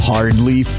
Hardly